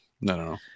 no